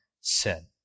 sin